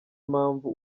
impamvu